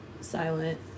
silent